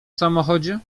samochodzie